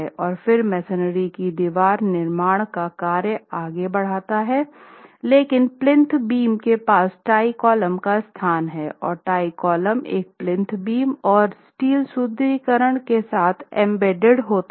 और फिर मेसनरी की दीवार निर्माण का कार्य आगे बढ़ता है लेकिन प्लिंथ बीम के पास टाई कॉलम का स्थान हैं और टाई कॉलम का प्लिंथ बीम और स्टील सुदृढीकरण के साथ एम्बेडेड होता है